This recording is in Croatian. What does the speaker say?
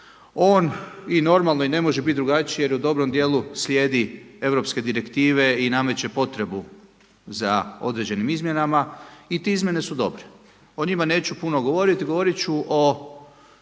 On i normalno i ne može biti drugačije jer u dobrom dijelu slijedi europske direktive i nameće potrebu za određenim izmjenama i te izmjene su dobre. O njima neću puno govoriti, govoriti ću o